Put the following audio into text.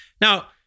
Now